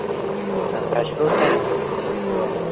ఇవి fresh fruits అండి ఇవన్నీ